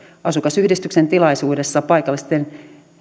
asukasyhdistyksen tilaisuudessa paikallisen